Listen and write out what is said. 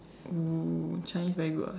oh Chinese very good ah